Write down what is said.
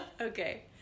Okay